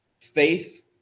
Faith